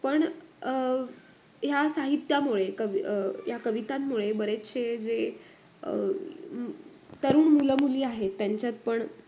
पण ह्या साहित्यामुळे कवी ह्या कवितांमुळे बरेचसे जे तरुण मुलंमुली आहेत त्यांच्यात पण